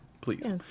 please